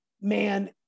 man